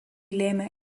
lėmė